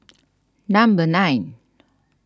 number nine